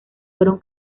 fueron